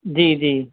جی جی